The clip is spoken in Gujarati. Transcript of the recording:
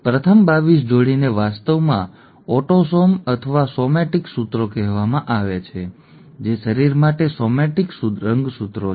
પ્રથમ 22 જોડીને વાસ્તવમાં ઓટોસોમ અથવા સોમેટિક રંગસૂત્રો કહેવામાં આવે છે જે શરીર માટે સોમેટિક સોમેટિક રંગસૂત્રો છે